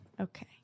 okay